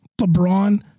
LeBron